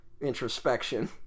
introspection